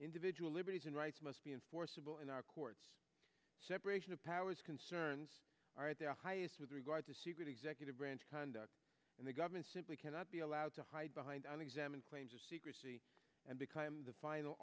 individual liberties and rights must be enforceable in our courts separation of powers concerns are at their highest with regard to secret executive branch conduct and the government simply cannot be allowed to hide behind and examine claims of secrecy and become the final